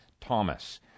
Thomas